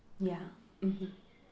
ya mmhmm